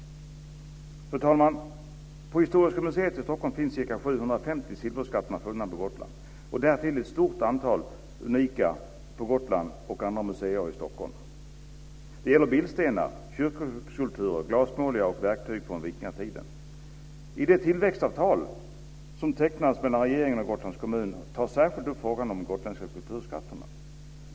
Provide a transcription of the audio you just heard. Fru talman! På historiska museet i Stockholm finns ca 750 silverskatter funna på Gotland, därtill ett stort antal unika historiska fynd från Gotland på andra museer i Stockholm. Det gäller bildstenar, kyrkoskulpturer, glasmålningar och verktyg från vikingatiden. I de tillväxtavtal som tecknats mellan regeringen och Gotlands kommun tas särskilt upp frågan om de gotländska kulturskatterna.